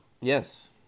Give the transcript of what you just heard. Yes